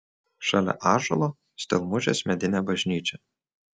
šalia ąžuolo stelmužės medinė bažnyčia